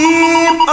Keep